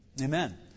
amen